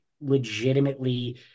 legitimately